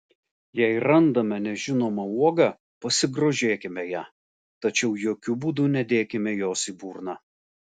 jei randame nežinomą uogą pasigrožėkime ja tačiau jokiu būdu nedėkime jos į burną